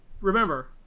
remember